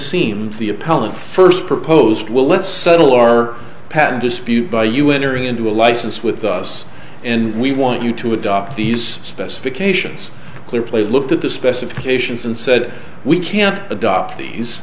appellant first proposed well let's settle our patent dispute by you enter into a license with us and we want you to adopt these specifications clear play looked at the specifications and said we can't adopt these